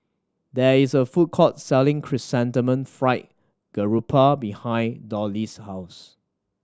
there is a food court selling Chrysanthemum Fried Garoupa behind Dollie's house